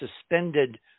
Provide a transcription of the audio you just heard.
suspended